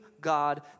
God